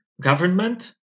Government